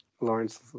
Lawrence